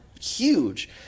huge